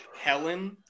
Helen